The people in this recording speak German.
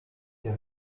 der